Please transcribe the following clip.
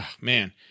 man